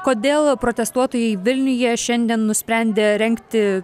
kodėl protestuotojai vilniuje šiandien nusprendė rengti